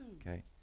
Okay